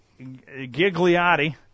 Gigliotti